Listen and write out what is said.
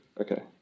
Okay